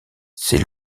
ces